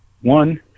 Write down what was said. One